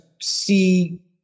see